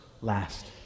last